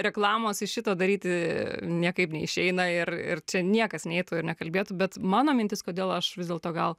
reklamos iš šito daryti niekaip neišeina ir ir čia niekas neitų ir nekalbėtų bet mano mintis kodėl aš vis dėlto gal